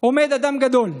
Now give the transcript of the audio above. עומד אדם גדול,